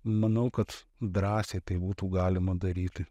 manau kad drąsiai tai būtų galima daryti